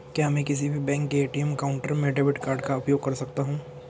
क्या मैं किसी भी बैंक के ए.टी.एम काउंटर में डेबिट कार्ड का उपयोग कर सकता हूं?